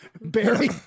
Barry